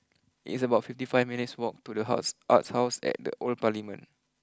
it's about fifty five minutes walk to the house Arts house at the Old Parliament